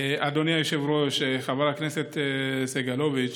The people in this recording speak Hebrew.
אדוני היושב-ראש, חבר הכנסת סגלוביץ',